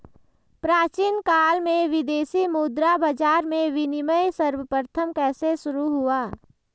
प्राचीन काल में विदेशी मुद्रा बाजार में विनिमय सर्वप्रथम कैसे शुरू हुआ?